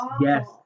Yes